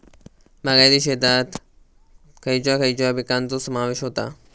बागायती शेतात खयच्या खयच्या पिकांचो समावेश होता?